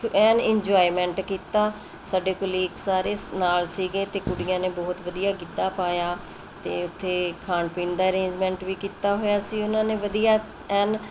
ਐਨ enjoyment ਕੀਤਾ ਸਾਡੇ colleague ਸਾਰੇ ਨਾਲ ਸੀਗੇ ਅਤੇ ਕੁੜੀਆਂ ਨੇ ਬਹੁਤ ਵਧੀਆ ਗਿੱਧਾ ਪਾਇਆ ਅਤੇ ਉਥੇ ਖਾਣ ਪੀਣ ਦਾ ਅਰੇਂਜਮੈਂਟ ਵੀ ਕੀਤਾ ਹੋਇਆ ਸੀ ਉਹਨਾਂ ਨੇ ਵਧੀਆ ਐਨ